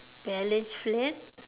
balanced flat